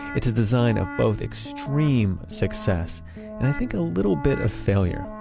it's a design of both extreme success and i think a little bit of failure.